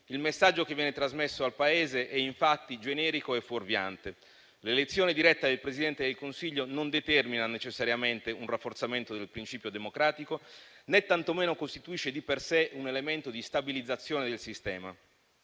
Il messaggio che viene trasmesso al Paese è infatti generico e fuorviante. L'elezione diretta del Presidente del Consiglio non determina necessariamente un rafforzamento del principio democratico, né tantomeno costituisce di per sé un elemento di stabilizzazione del sistema.